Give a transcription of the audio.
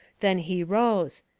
then he rose.